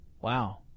Wow